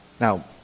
Now